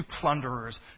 plunderers